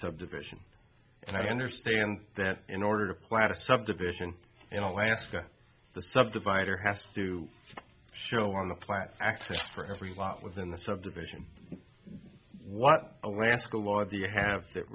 subdivision and i understand that in order to plant a subdivision you know alaska the sub divider has to do show on the plant access for every lot within the subdivision what alaska law do you have that